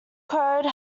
code